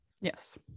Yes